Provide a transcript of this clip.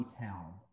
town